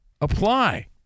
apply